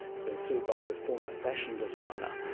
who's been sued by her former fashion designer,